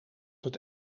het